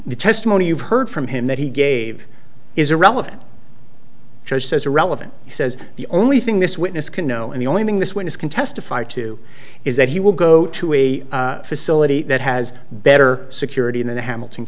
the testimony you've heard from him that he gave is irrelevant joe says irrelevant he says the only thing this witness can know and the only thing this witness can testify to is that he will go to a facility that has better security in the hamilton